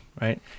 right